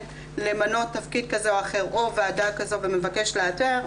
למנות תפקיד כזה או אחר או ועדה ומבקש לאתר,